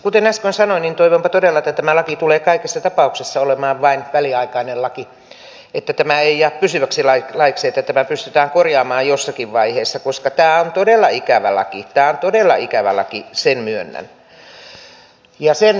kuten äsken sanoin niin toivonpa todella että tämä laki tulee kaikessa tapauksessa olemaan vain väliaikainen laki että tämä ei jää pysyväksi laiksi että tämä pystytään korjaamaan jossakin vaiheessa koska tämä on todella ikävä laki tämä on todella ikävä laki sen myönnän